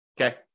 Okay